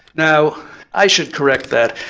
now i should correct that.